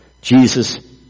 Jesus